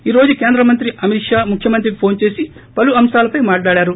ఈ రోజు కేంద్ర మంత్రి అమిత్ షా ముఖ్యమంత్రికి ఫోన్ చేసి పలు అంశాలపై మాట్లాడారు